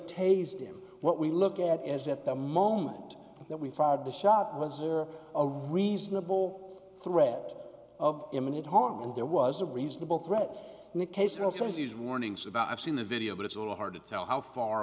tasted what we look at as at the moment that we fired the shot was or a reasonable threat of imminent harm and there was a reasonable threat in the case and also these warnings about i've seen the video but it's a little hard to tell how far